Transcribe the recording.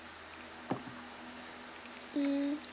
mm